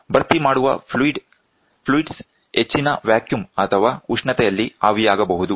ಭರ್ತಿ ಮಾಡುವ ಫ್ಲೂಯಿಡ್ಸ್ ಹೆಚ್ಚಿನ ವ್ಯಾಕ್ಯೂಮ್ ಅಥವಾ ಉಷ್ಣತೆಯಲ್ಲಿ ಆವಿಯಾಗಬಹುದು